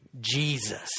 Jesus